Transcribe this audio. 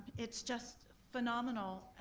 it's just phenomenal.